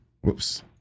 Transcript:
Whoops